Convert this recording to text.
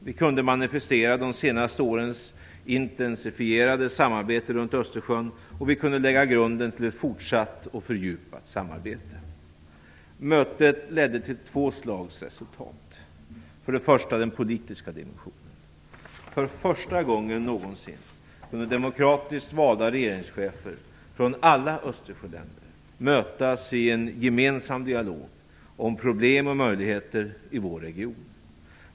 Vi kunde manifestera de senaste årens intensifierade samarbete runt Östersjön och lägga grunden till ett fortsatt och fördjupat samarbete. Mötet ledde till två slags resultat. För det första: den politiska dimensionen. För första gången någonsin kunde demokratiskt valda regeringschefer från alla Östersjöländer mötas i en gemensam dialog om problem och möjligheter i vår region.